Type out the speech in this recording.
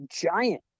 giant